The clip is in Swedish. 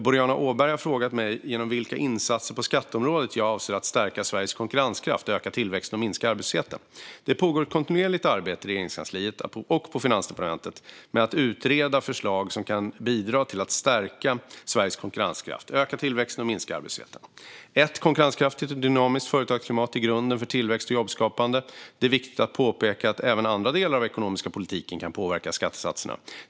Boriana Åberg har frågat mig genom vilka insatser på skatteområdet jag avser att stärka Sveriges konkurrenskraft, öka tillväxten och minska arbetslösheten. Det pågår ett kontinuerligt arbete i Regeringskansliet och på Finansdepartementet med att utreda förslag som kan bidra till att stärka Sveriges konkurrenskraft, öka tillväxten och minska arbetslösheten. Ett konkurrenskraftigt och dynamiskt företagsklimat är grunden för tillväxt och jobbskapande. Det är viktigt att påpeka att även andra delar av den ekonomiska politiken kan påverka skattesatserna.